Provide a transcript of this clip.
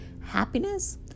Happiness